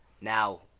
Now